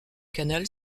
canal